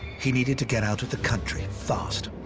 he needed to get out of the country, fast.